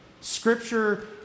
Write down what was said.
Scripture